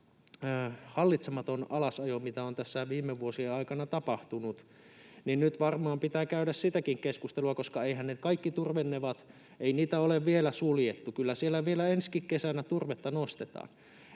hallitsemattomasta alasajostakin, mitä on tässä viime vuosien aikana tapahtunut, nyt varmaan pitää käydä keskustelua, koska ei niitä kaikkia turvenevoja ole vielä suljettu, kyllä siellä vielä ensikin kesänä turvetta nostetaan.